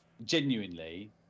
Genuinely